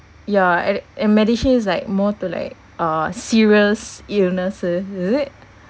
ya and and medishield is like more to like uh serious illnesses is it